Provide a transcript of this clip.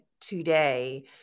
today